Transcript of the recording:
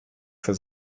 für